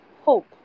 hope